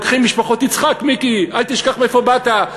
תצחק, מיקי, אל תשכח מאיפה באת.